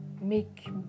make